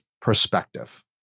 perspective